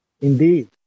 Indeed